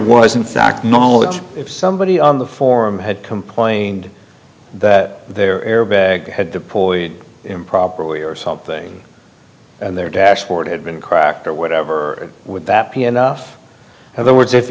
fact knowledge if somebody on the forum had complained that their airbag had deployed improperly or something and their dashboard had been cracked or whatever would that be enough of the words if